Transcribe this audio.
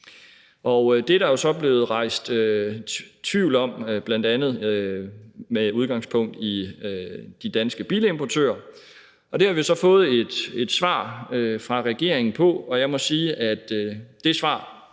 Det er der jo så blevet rejst tvivl om, bl.a. med udgangspunkt i De Danske Bilimportører, og det har vi så fået et svar fra regeringen på, og jeg må sige, at det svar